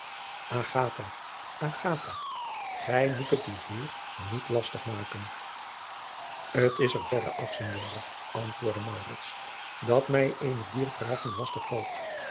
gij moet het dien heer niet lastig maken t is er verre af signore antwoordde maurits dat mij eene dier vragen lastig valt